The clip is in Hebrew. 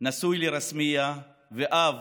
נשוי לרסמייה ואב